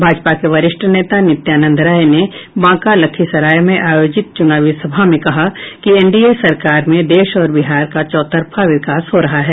भाजपा के वरिष्ठ नेता नित्यानंद राय ने बांका और लखीसराय में आयोजित चुनावी सभा में कहा कि एनडीए की सरकार में देश और बिहार का चौतरफा विकास हो रहा है